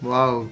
Wow